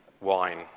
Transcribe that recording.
wine